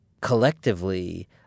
collectively